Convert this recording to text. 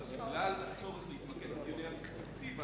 אבל בגלל הצורך להתמקד בדיוני התקציב,